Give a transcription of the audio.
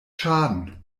schaden